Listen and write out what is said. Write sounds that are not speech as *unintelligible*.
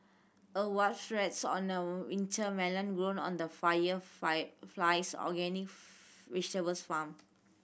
a wasp rests on a winter melon grown on the Fire *unintelligible* Flies organic *unintelligible* vegetables farm